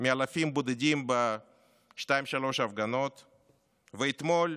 מאלפים בודדים בשתיים-שלוש הפגנות ואתמול,